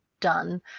done